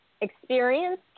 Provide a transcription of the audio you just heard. experience